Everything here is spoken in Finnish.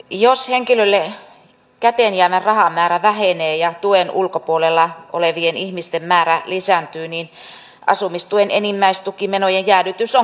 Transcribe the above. jos henkilölle käteen jäävä rahamäärä vähenee ja tuen ulkopuolella olevien ihmisten määrä lisääntyy niin asumistuen enimmäisasumismenojen jäädytys on käytännössä leikkaus